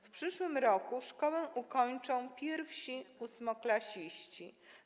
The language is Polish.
W przyszłym roku szkołę ukończą pierwsi ósmoklasiści.